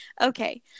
Okay